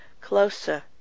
closer